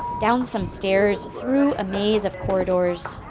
down some stairs, through a maze of corridors.